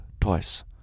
twice